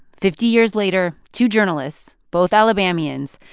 fifty years later, two journalists, both alabamians,